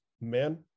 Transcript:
men